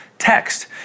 Text